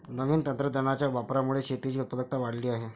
नवीन तंत्रज्ञानाच्या वापरामुळे शेतीची उत्पादकता वाढली आहे